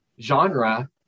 genre